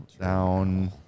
down